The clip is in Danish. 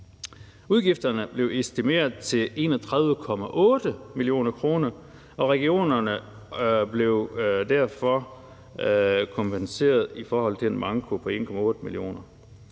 Udgifterne blev estimeret til 31,8 mio. kr., og regionerne blev derfor kompenseret i forhold til en manko på 1,8 mio. kr.